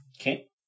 Okay